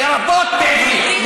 לרבות בעברית.